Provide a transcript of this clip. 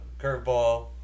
Curveball